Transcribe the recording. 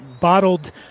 bottled